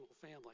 family